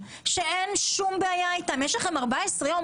ואין לכם שום בעיה אתם יש לכם 14 יום.